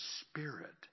spirit